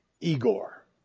Igor